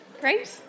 Great